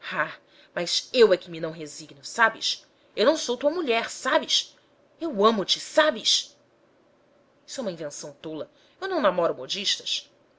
mas eu é que me não resigno sabes eu não sou tua mulher sabes eu amo-te sabes isso é uma invenção tola eu não namoro modistas